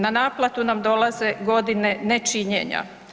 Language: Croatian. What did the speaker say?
Na naplatu nam dolaze godine nečinjenja.